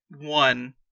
one